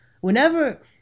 Whenever